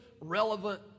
relevant